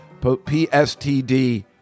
PSTD